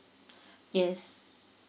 yes